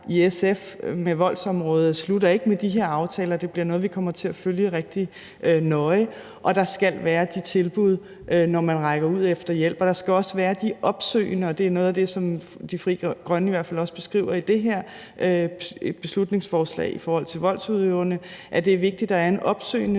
SF med voldsområdet ikke slutter med de her aftaler. Det bliver noget, vi kommer til at følge rigtig nøje, og der skal være de tilbud, når man rækker ud efter hjælp. Der skal også være de opsøgende ting. Det er noget af det, Frie Grønne i hvert fald også beskriver i det her beslutningsforslag i forhold til voldsudøverne, altså at det er vigtigt, at der er en opsøgende